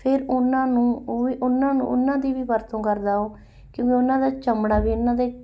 ਫਿਰ ਉਹਨਾਂ ਨੂੰ ਉਹ ਵੀ ਉਹਨਾਂ ਨੂੰ ਉਹਨਾਂ ਦੀ ਵੀ ਵਰਤੋਂ ਕਰਦਾ ਉਹ ਕਿਉਂਕਿ ਉਹਨਾਂ ਦਾ ਚਮੜਾ ਵੀ ਇਹਨਾਂ ਦੇ